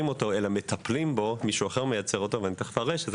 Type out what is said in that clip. אותו אלא מטפלים בו מישהו אחר מייצר אותו הקונטנצל.